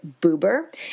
Boober